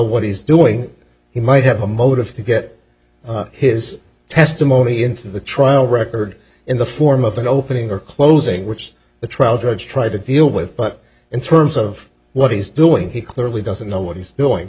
what he's doing he might have a motive to get his testimony into the trial record in the form of an opening or closing which the trial judge try to deal with but in terms of what he's doing he clearly doesn't know what he's doing